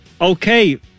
Okay